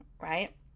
right